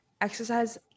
Exercise